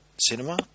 cinema